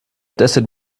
desert